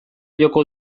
joko